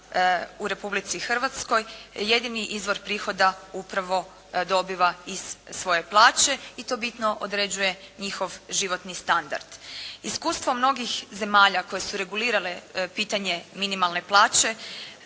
u Republici Hrvatskoj jedini izvor prihoda upravo dobiva iz svoje plaće i to bito određuje njihov životni standard. Iskustvo mnogih zemalja koje su regulirale pitanje minimalne plaće